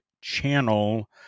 channel